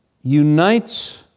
unites